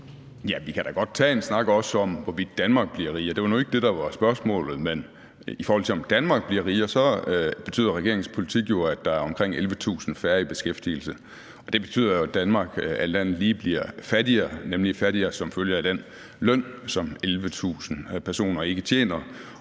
Vi kan da også godt tage en snak om, hvorvidt Danmark bliver rigere. Det var nu ikke det, der var spørgsmålet. Men i forhold til om Danmark bliver rigere, betyder regeringens politik jo, at der er omkring 11.000 færre i beskæftigelse, og det betyder jo, at Danmark alt andet lige bliver fattigere, nemlig fattigere som følge af den løn, som 11.000 personer ikke tjener,